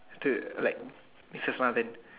the like misses Smarden